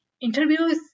interviews